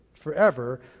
forever